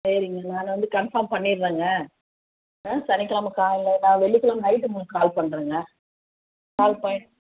சரிங்க நான் வந்து கன்ஃபார்ம் பண்ணிடுறேங்க ஆ சனிக்கிழம காலையில் நான் வெள்ளிக்கிழம நைட்டு உங்களுக்கு கால் பண்ணுறேங்க கால் பண்